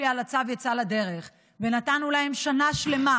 על הצו יצאה לדרך ונתנו להם שנה שלמה,